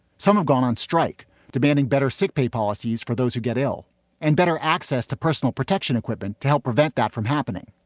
some have gone on strike demanding better sick pay policies for those who get ill and better access to personal protection equipment. to help prevent that from happening,